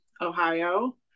Ohio